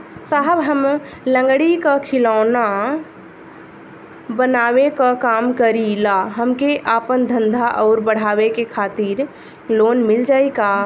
साहब हम लंगड़ी क खिलौना बनावे क काम करी ला हमके आपन धंधा अउर बढ़ावे के खातिर लोन मिल जाई का?